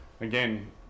again